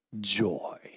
joy